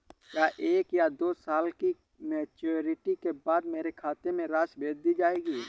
क्या एक या दो साल की मैच्योरिटी के बाद मेरे खाते में राशि भेज दी जाएगी?